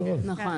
נכון.